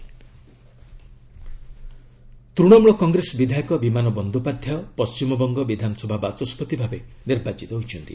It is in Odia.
ଡବୁବି ସ୍ୱିକର ତୃଶମୂଳ କଂଗେସ ବିଧାୟକ ବିମାନ ବନ୍ଦୋପାଧ୍ୟାୟ ପଶ୍ଚିମବଙ୍ଗ ବିଧାନସଭା ବାଚସ୍କତି ଭାବେ ନିର୍ବାଚିତ ହୋଇଛନ୍ତି